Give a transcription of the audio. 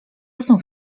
znów